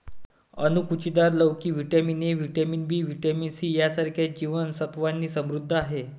अणकुचीदार लोकी vitamin A, vitamin B, vitamin C यांसारख्या जीवन सत्त्वांनी समृद्ध आहे